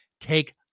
take